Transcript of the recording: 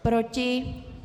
Proti?